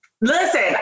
Listen